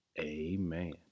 Amen